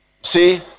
See